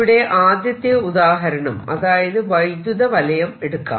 ഇവിടെ ആദ്യത്തെ ഉദാഹരണം അതായത് വൈദ്യുത വലയം എടുക്കാം